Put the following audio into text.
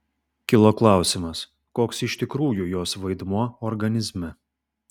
kilo klausimas koks iš tikrųjų jos vaidmuo organizme